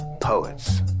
Poets